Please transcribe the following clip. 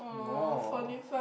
more